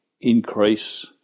increase